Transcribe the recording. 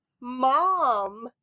Mom